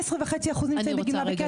18.5% נמצאים בגמלה בכסף.